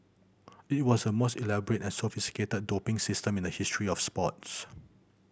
it was the most elaborate and sophisticated doping system in the history of sports